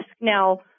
Now